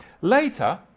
Later